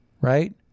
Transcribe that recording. right